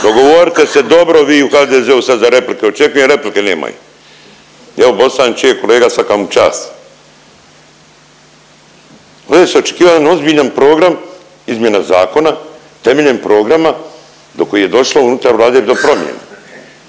Dogovorite se dobro vi u HDZ-u sad za replike, očekujem replike, nema ih. Evo Bosančić kolega svaka mu čast. Ovdje se očekivao jedan ozbiljan program izmjena zakona temeljem programa do kojih je došlo unutar Vlade do promjena,